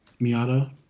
miata